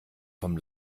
vom